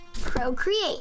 Procreate